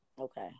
Okay